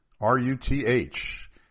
R-U-T-H